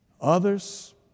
Others